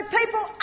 people